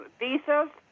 visas